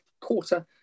quarter